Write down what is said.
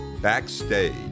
backstage